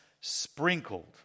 sprinkled